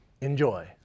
Enjoy